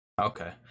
Okay